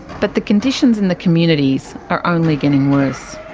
but the conditions in the communities are only getting worse.